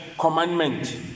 commandment